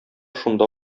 шунда